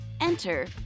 Enter